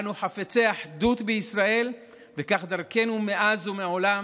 אנו חפצי אחדות בישראל, וכך דרכנו מאז ומעולם,